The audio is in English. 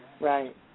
Right